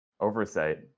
oversight